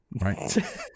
Right